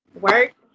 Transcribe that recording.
Work